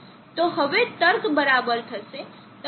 તો હવે તર્ક બરાબર થશે